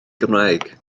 gymraeg